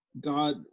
God